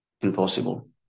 impossible